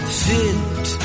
fit